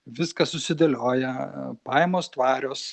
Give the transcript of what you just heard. viskas susidėlioja pajamos tvarios